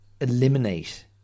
eliminate